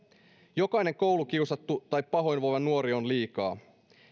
jokainen koulukiusattu tai pahoinvoiva nuori on liikaa